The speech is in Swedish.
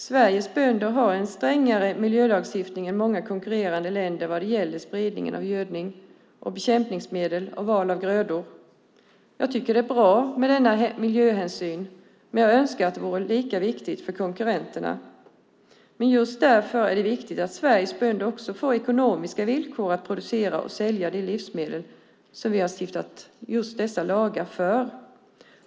Sveriges bönder har en strängare miljölagstiftning att rätta sig efter än bönder i många konkurrerande länder vad gäller spridning av gödnings och bekämpningsmedel och val av grödor. Jag tycker att det är bra med denna miljöhänsyn, men jag önskar att det vore lika viktigt för konkurrenterna. Just därför är det viktigt att Sveriges bönder får ekonomiska villkor att producera och sälja de livsmedel som vi har stiftat dessa lagar för.